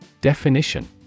Definition